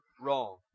wrong